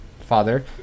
Father